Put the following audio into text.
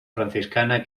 franciscana